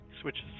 switches